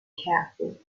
careful